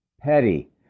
Petty